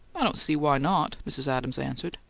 i don't see why not, mrs. adams answered,